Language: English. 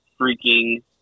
freaking